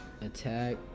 Attack